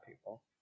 people